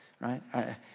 Right